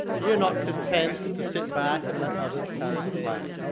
we are not content to sit back and let others carry the flag,